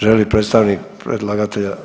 Želi li predstavnik predlagatelja?